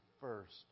first